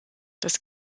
das